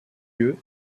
lieu